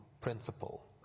principle